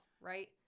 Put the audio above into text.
right